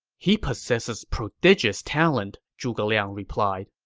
he possesses prodigious talent, zhuge liang replied